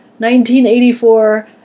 1984